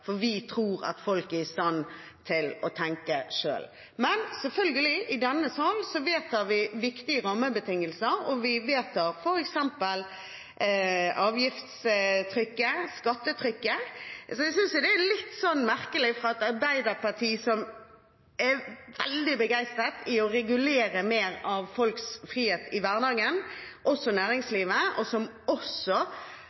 Vi tror at folk er i stand til å tenke selv. Men selvfølgelig – i denne sal vedtar vi viktige rammebetingelser, og vi vedtar f.eks. avgiftstrykket og skattetrykket. Jeg synes dette er litt merkelig fra Arbeiderpartiet, som er veldig begeistret for å regulere mer av folks frihet i hverdagen, også